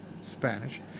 Spanish